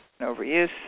overuse